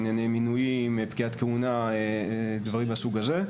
ענייני מינויים, פקיעת כהונה, דברים מהסוג הזה.